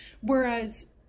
whereas